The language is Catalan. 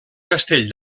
castell